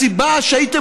היום?